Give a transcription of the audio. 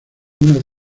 unas